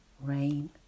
Rain